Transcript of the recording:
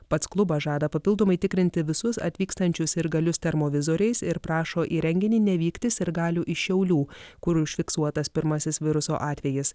pats klubas žada papildomai tikrinti visus atvykstančius sirgalius termovizoriais ir prašo į renginį nevykti sirgalių iš šiaulių kur užfiksuotas pirmasis viruso atvejis